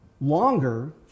longer